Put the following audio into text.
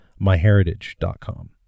MyHeritage.com